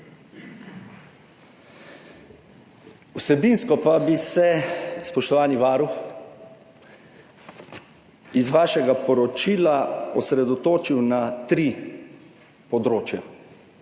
Vsebinsko pa bi se, spoštovani varuh, glede na vaše poročilo osredotočil na tri področja,